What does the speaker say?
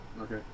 Okay